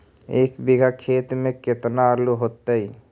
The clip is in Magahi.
एक बिघा खेत में केतना आलू होतई?